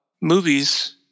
movies